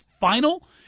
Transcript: final